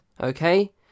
Okay